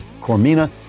Cormina